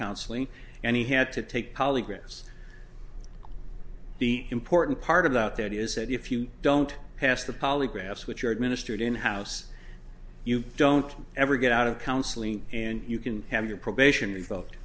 counseling and he had to take polygraphs the important part about that is that if you don't pass the polygraphs which are administered in house you don't ever get out of counseling and you can have your probation revoked